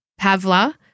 Pavla